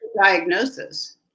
diagnosis